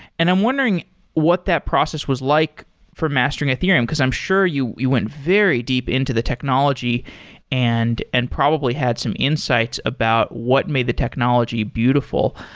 and i'm wondering what that process was like for mastering ethereum, because i'm sure you we went very deep into the technology and and probably had some insights about what made the technology beautiful.